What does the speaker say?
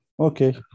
Okay